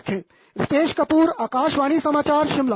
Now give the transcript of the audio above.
रितेश कपूर आकाशवाणी समाचार शिमला